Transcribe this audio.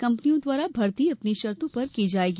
कंपनियों द्वारा भर्ती अपनी शर्तों पर की जायेगी